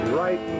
right